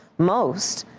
most.